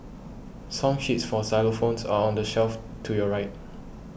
song sheets for xylophones are on the shelf to your right